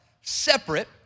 separate